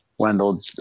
Wendell